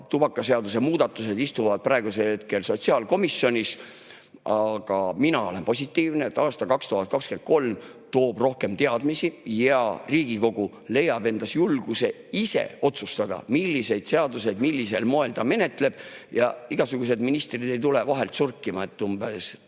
tubakaseaduse muudatused istuvad praegusel hetkel sotsiaalkomisjonis. Aga mina olen positiivne, et aasta 2023 toob rohkem teadmisi ja Riigikogu leiab endas julguse ise otsustada, milliseid seadusi millisel moel ta menetleb, ja igasugused ministrid ei tule vahele surkima, et nende